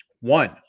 One